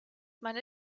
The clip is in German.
meine